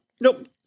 Nope